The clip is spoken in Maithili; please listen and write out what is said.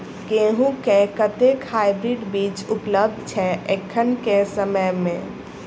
गेंहूँ केँ कतेक हाइब्रिड बीज उपलब्ध छै एखन केँ समय मे?